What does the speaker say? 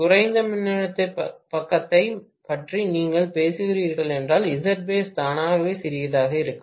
குறைந்த மின்னழுத்த பக்கத்தைப் பற்றி நீங்கள் பேசுகிறீர்கள் என்றால் Zbase தானாகவே சிறியதாக இருக்கும்